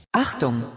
Achtung